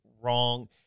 wrong